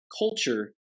culture